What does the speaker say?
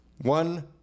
one